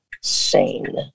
sane